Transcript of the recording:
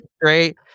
great